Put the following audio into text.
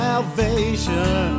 Salvation